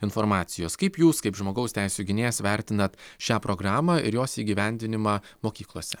informacijos kaip jūs kaip žmogaus teisių gynėjas vertinat šią programą ir jos įgyvendinimą mokyklose